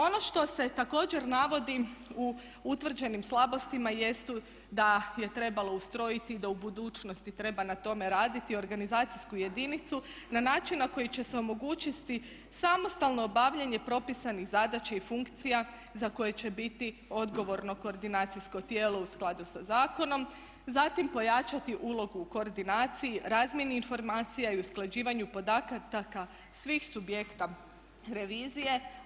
Ono što se također navodi u utvrđenim slabostima jest da je trebalo ustrojiti i da u budućnosti treba na tome raditi organizacijsku jedinicu na način na koji će se omogućiti samostalno obavljanje propisanih zadaća i funkcija za koje će biti odgovorno koordinacijsko tijelo u skladu sa zakonom, zatim pojačati ulogu u koordinaciji, razmjeni informacija i usklađivanju podataka svih subjekata revizije.